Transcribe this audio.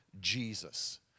Jesus